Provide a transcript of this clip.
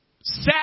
sad